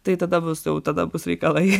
tai tada bus jau tada bus reikalai